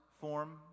form